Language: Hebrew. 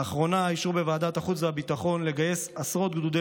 לאחרונה אישרו בוועדת החוץ והביטחון לגייס עשרות גדודי